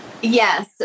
Yes